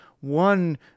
one